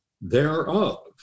thereof